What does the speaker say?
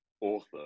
author